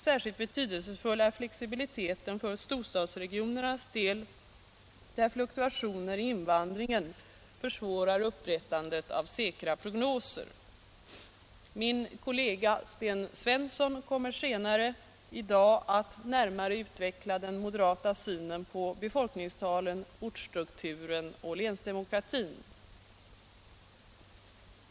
Särskilt betydelsefull är flexibiliteten för storstadsregionernas del, där fluktuationer i invandringen försvårar upprättandet av säkra prognoser. Min kollega Sten Svensson kommer senare i dag att närmare utveckla den moderata synen på befolkningstalen, ortsstrukturen och länsdemokratin.